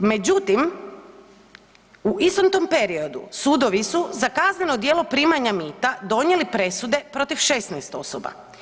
Međutim, u istom tom periodu sudovi su za kazneno djelo primanja mita donijeli presude protiv 16 osoba.